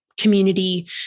community